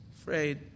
afraid